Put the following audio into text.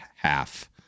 Half